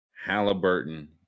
Halliburton